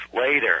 later